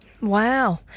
Wow